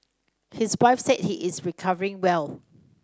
his wife said he is recovering well